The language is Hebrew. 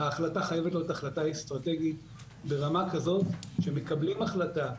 -- ההחלטה חייבת לתת החלטה אסטרטגית ברמה כזו שמקבלים החלטה,